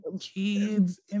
kids